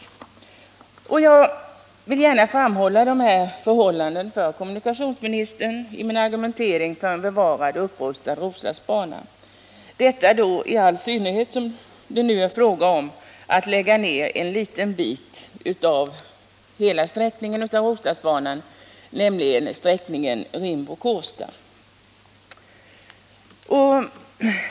Jag vill i min argumentering för ett bevarande och en upprustning av Roslagsbanan gärna framhålla dessa förhållanden för kommunikationsministern, detta i all synnerhet som det nu är fråga om att lägga ned en liten bit av hela Roslagsbanan, nämligen bandelen Rimbo-Kårsta.